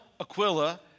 Aquila